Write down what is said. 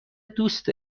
دوست